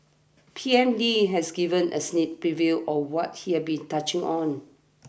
P M Lee has given a sneak preview of what he had be touching on